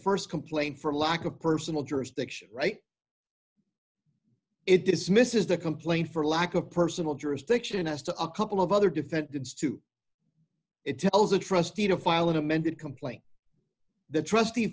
the st complaint for lack of personal jurisdiction right it dismisses the complaint for lack of personal jurisdiction as to a couple of other defendants to it tells the trustee to file an amended complaint the trustee